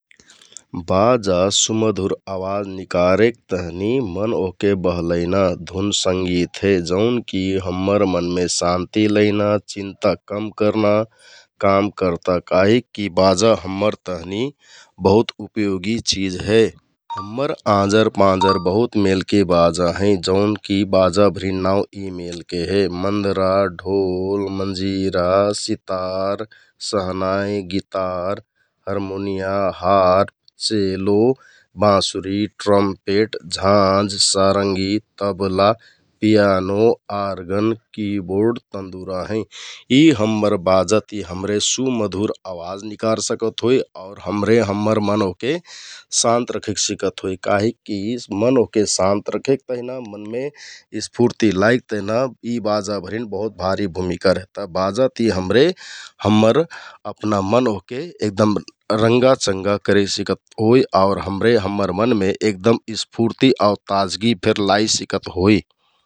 बाजा सुमधुर आवाज निकारेक तहनि मन ओहके बहलैना धुन संगित हे जौनकि हम्मर मनमे शान्ति लैना, चिन्ता कम करना काम करता । काकिककि बाजा हम्मर तहनि बहुत उपयोगी चिज हे । हम्मर आँजर पाँजर बहुत मेलके बाजा हैं जौनकि बाजाभरिन नाउँ यि मेलके हे मन्दरा, ढोल, मजिरा, सितार, सहनाइ, गितार, हर्मोनियाँ बाँसुरी, ट्रम्पपेट, झाँझ, साराँङ्गि, तबला, पियानो, आरगन, किबोर्ड, तन्दुरा हैं । यि हम्मर बाजा ति हमरे सुमधुर आवाज निकार सिकत होइ आउर हमरे हम्मर मन ओहके शान्त रख्खेक सिकत होइ । काहिककि मन ओहके शान्त रख्खेक तेहना मनमे स्फुर्ती लाइक तेहना यि बाजाभरिन बहुत भारी भुमिका रेहता । मजा ति हमरे हम्मर अपना मन ओहके एगदम रंगाचंगा करेसिकत होइ आउर हमरे हम्मर मनमे एगदम स्फुर्ती आउ ताजगि फेर लाइ सिकत होइ ।